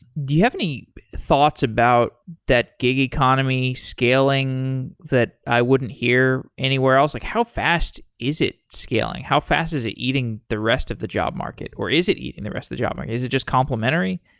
do you have any thoughts about that gig economy scaling that i wouldn't hear anywhere else? like how fast is it scaling? how fast is he eating the rest of the job market, or is it eating the rest the job market? is it just complementary?